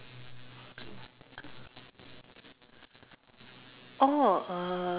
oh uh